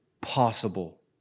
possible